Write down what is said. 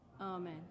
Amen